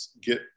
get